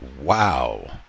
wow